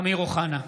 (קורא בשמות חברי הכנסת) אמיר אוחנה,